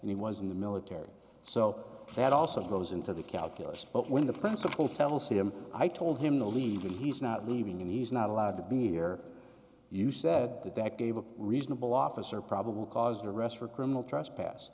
and he was in the military so that also goes into the calculus but one of the principal tells him i told him to leave and he's not leaving and he's not allowed to be here you said that that gave a reasonable officer probable cause to arrest for criminal trespass